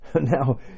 Now